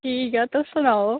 ठीक ऐ तुस सनाओ